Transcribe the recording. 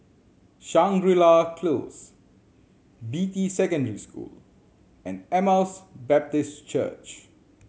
Shangri La Close Beatty Secondary School and Emmaus Baptist Church